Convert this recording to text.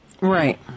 Right